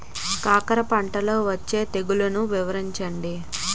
కాకర పంటలో వచ్చే తెగుళ్లను వివరించండి?